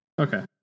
okay